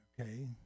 okay